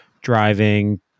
driving